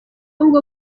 ahubwo